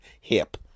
hip